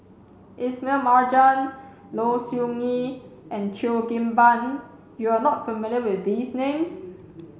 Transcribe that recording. Ismail Marjan Low Siew Nghee and Cheo Kim Ban you are not familiar with these names